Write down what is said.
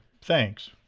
Thanks